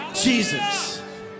jesus